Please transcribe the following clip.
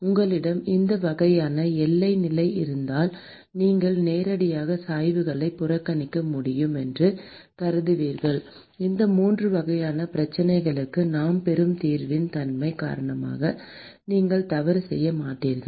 உங்களிடம் இந்த 2 வகையான எல்லை நிலை இருந்தால் நீங்கள் நேரடியாக சாய்வுகளை புறக்கணிக்க முடியும் என்று கருதுவீர்கள் இந்த 3 வகையான பிரச்சனைகளுக்கு நாம் பெறும் தீர்வின் தன்மை காரணமாக நீங்கள் தவறு செய்ய மாட்டீர்கள்